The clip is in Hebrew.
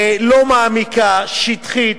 לא מעמיקה, שטחית,